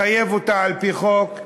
לחייב אותה על-פי חוק,